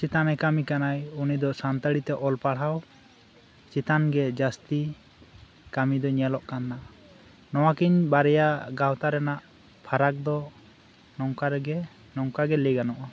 ᱪᱛᱟᱱᱟ ᱨᱮᱭ ᱠᱟᱹᱢᱤ ᱠᱟᱱᱟᱭ ᱩᱱᱤᱫᱚ ᱥᱟᱱᱛᱟᱲᱤ ᱛᱮ ᱚᱞ ᱯᱟᱲᱦᱟᱣ ᱪᱮᱛᱟᱱᱜᱤ ᱡᱟᱹᱥᱛᱤ ᱠᱟᱹᱢᱤ ᱫᱚ ᱧᱮᱞᱚᱜ ᱠᱟᱱᱟ ᱱᱚᱣᱟᱠᱤᱱ ᱵᱟᱨᱭᱟ ᱜᱟᱶᱛᱟ ᱨᱮᱱᱟᱜ ᱯᱷᱟᱨᱟᱠ ᱫᱚ ᱱᱚᱝᱠᱟ ᱨᱮᱜᱤ ᱱᱚᱝᱠᱟᱜᱤ ᱞᱟᱹᱭ ᱜᱟᱱᱚᱜᱼᱟ